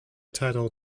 title